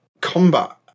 combat